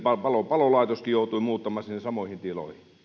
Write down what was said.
palolaitoskin joutui muuttamaan sinne samoihin tiloihin